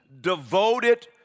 devoted